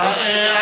לקזינו הוא שלח.